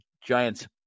Giants